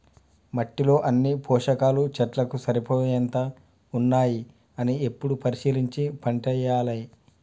మట్టిలో అన్ని పోషకాలు చెట్లకు సరిపోయేంత ఉన్నాయా అని ఎప్పుడు పరిశీలించి పంటేయాలే